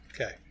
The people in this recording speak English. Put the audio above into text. Okay